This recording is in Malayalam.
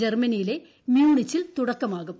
ജർമനിയിലെ മ്യൂണിച്ചിൽ തുടക്കമാകും